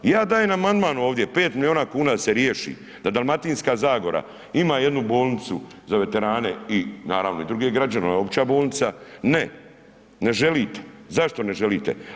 Ja dajem amandman ovdje 5 milijuna kuna da se riješi, da Dalmatinska zagora ima jednu bolnicu, za veterane, i naravno druge građane, opća bolnica, ne ne želite, a zašto ne želite?